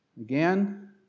Again